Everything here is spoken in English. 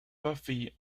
buffy